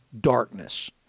darkness